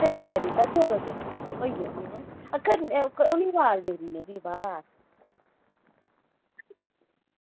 खरी खरी तां चलो चलो होई औन्ने आं अच्छा उ'नेंगी आवज़ देई ओड़नी फ्ही बाह्रा